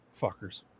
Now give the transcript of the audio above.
Fuckers